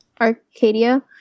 Arcadia